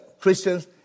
Christians